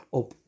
op